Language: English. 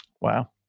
Wow